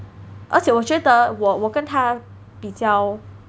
而且我觉得我我跟他比较